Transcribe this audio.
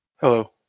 Hello